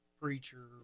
preacher